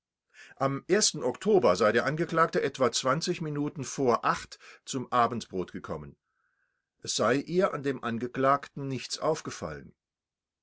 am oktober sei der angeklagte etwa minuten vor uhr zum abendbrot gekommen es sei ihr an dem angeklagten nichts aufgefallen